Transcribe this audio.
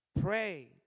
Pray